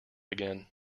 again